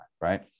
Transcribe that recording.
right